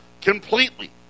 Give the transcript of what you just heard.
completely